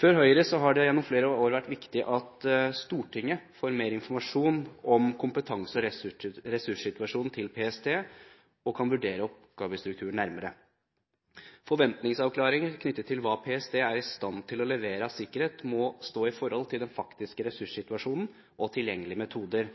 Høyre har det gjennom flere år vært viktig at Stortinget får mer informasjon om kompetanse- og ressurssituasjonen til PST og kan vurdere oppgavestrukturen nærmere. Forventningsavklaringer knyttet til hva PST er i stand til å levere av sikkerhet, må stå i forhold til den faktiske ressurssituasjonen og tilgjengelige metoder.